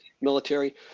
military